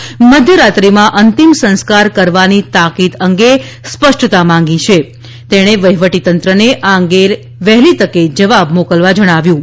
તેણે મધ્યરાત્રિમાં અંતિમ સંસ્કાર કરવાની તાકીદ અંગે સ્પષ્ટતા વહીવટીતંત્રને આ અંગે વહેલી તકે જવાબ મોકલવા જણાવ્યું છે